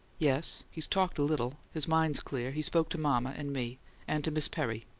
yes. he's talked a little. his mind's clear he spoke to mama and me and to miss perry.